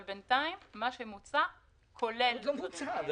אבל בינתיים מה שמוצע כולל --- לא מוצע.